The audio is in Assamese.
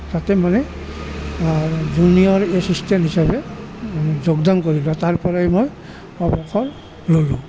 তাতে মানে জুনিয়ৰ এছিছটেণ্ট হিচাপে যোগদান কৰিলোঁ তাৰ পৰাই মই অৱসৰ ল'লোঁ